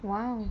!wow!